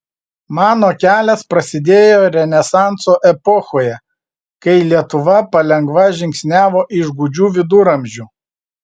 mano kelias prasidėjo renesanso epochoje kai lietuva palengva žingsniavo iš gūdžių viduramžių